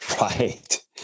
Right